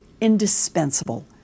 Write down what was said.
indispensable